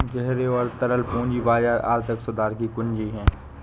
गहरे और तरल पूंजी बाजार आर्थिक सुधार की कुंजी हैं,